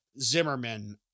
Zimmerman